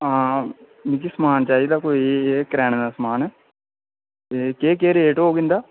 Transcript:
आं मिगी समान चाही दा कोई करेयाने दा समान ते केह् केह् रेट होग इंदा